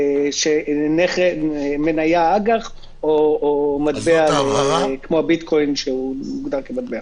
למניה אג"ח או מטבע ביטקוין שמוגדר כמטבע.